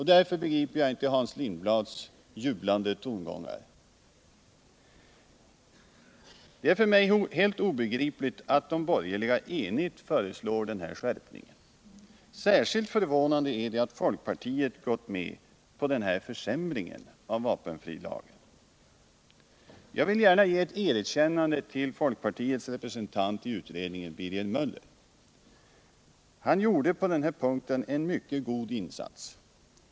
Därför begriper jag inte Hans Lindblads jublande tongångar. Det är för mig helt obegripligt att de borgerliga enigt föreslår den här skärpningen. Särskilt förvånande är det att folkpartiet gått med på denna försämring av vapenfrilagen. Jag vill gärna ge ett erkännande till folkpartiets representant i utredningen Birger Möller. Han gjorde på denna punkt en mycket god insats.